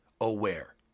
aware